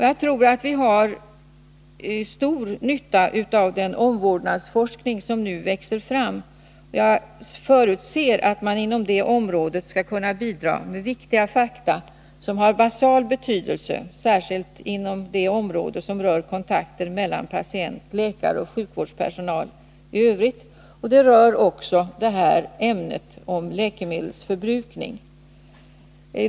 Jag tror att vi har stor nytta av den omvårdnadsforskning som nu växer fram, och jag förutser att man inom det området skall kunna bidra med viktiga fakta som har basal betydelse, särskilt inom det område som rör kontakter mellan patient, läkare och sjukvårdspersonal i övrigt. Det hänger också samman med den här frågan om läkemedelsförbrukning.